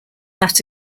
that